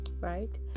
right